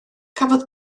cafodd